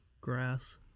grass